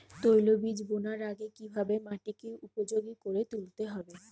তৈলবীজ বোনার আগে কিভাবে মাটিকে উপযোগী করে তুলতে হবে?